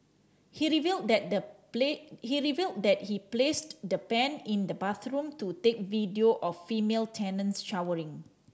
he revealed that the he revealed that he placed the pen in the bathroom to take video of female tenants showering